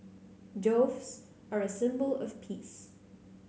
doves are a symbol of peace